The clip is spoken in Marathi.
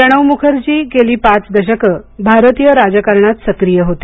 प्रणव मुखर्जी गेली पाच दशकं भारतीय राजकारणात सक्रीय होते